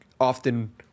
often